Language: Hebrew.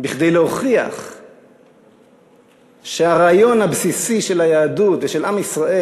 כדי להוכיח שהרעיון הבסיסי של היהדות ושל עם ישראל,